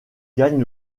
gagne